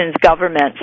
governments